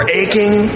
aching